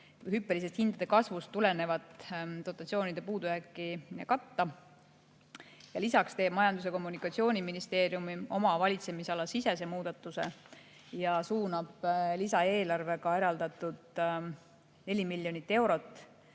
hüppelisest hindade kasvust tulenevat dotatsioonide puudujääki katta. Lisaks teeb Majandus- ja Kommunikatsiooniministeerium valitsemisalasisese muudatuse ja suunab lisaeelarvega eraldatud 4 miljonit eurot